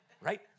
right